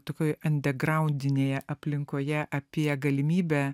tokioj undergroundinėje aplinkoje apie galimybę